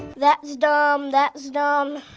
that's dumb, that's dumb,